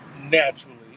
naturally